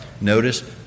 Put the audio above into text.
Notice